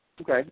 okay